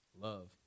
love